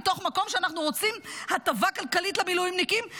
מתוך מקום שאנחנו רוצים הטבה כלכלית למילואימניקים,